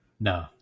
No